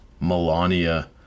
Melania